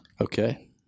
okay